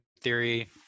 theory